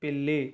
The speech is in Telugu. పిల్లి